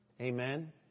Amen